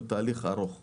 זה תהליך ארוך וממושך.